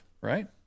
right